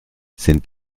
sind